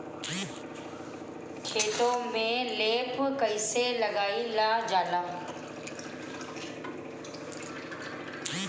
खेतो में लेप कईसे लगाई ल जाला?